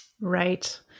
Right